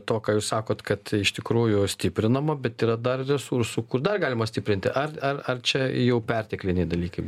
to ką jūs sakot kad iš tikrųjų stiprinama bet yra dar resursų kur dar galima stiprinti ar ar ar čia jau pertekliniai dalykai